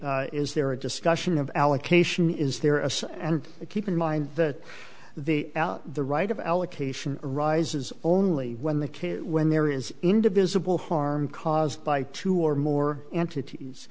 the is there a discussion of allocation is there and keep in mind the the the right of allocation rises only when the kid when there is indivisible harm caused by two or more entities